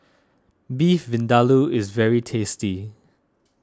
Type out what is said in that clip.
Beef Vindaloo is very tasty